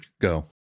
go